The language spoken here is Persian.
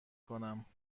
کنم